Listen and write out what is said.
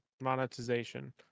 monetization